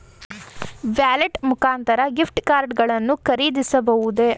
Wallet ಮುಖಾಂತರ gift card ಗಳನ್ನು ಖರೀದಿಸಬಹುದೇ?